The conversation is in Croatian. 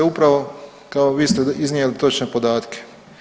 Upravo kao vi ste iznijeli točne podatke.